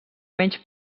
menys